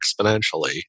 exponentially